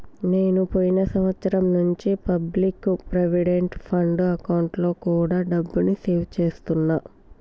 నేను పోయిన సంవత్సరం నుంచి పబ్లిక్ ప్రావిడెంట్ ఫండ్ అకౌంట్లో కూడా డబ్బుని సేవ్ చేస్తున్నా